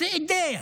זה אידיאה.